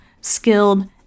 skilled